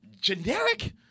Generic